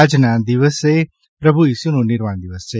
આજના દિવસે પ્રભુ ઇસુનો નિર્વાણદિન છે